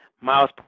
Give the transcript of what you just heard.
miles